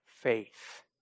Faith